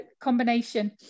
combination